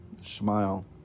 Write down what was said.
Smile